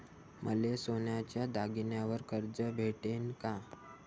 मले सोन्याच्या दागिन्यावर कर्ज भेटन का?